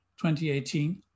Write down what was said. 2018